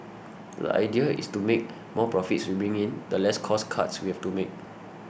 the idea is to make more profits we bring in the less cost cuts we have to make